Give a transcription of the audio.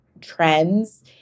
trends